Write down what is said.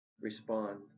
respond